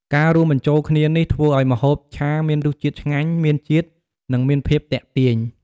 ការរួមបញ្ចូលគ្នានេះ ធ្វើឱ្យម្ហូបឆាមានរសជាតិឆ្ងាញ់ មានជាតិ និងមានភាពទាក់ទាញ។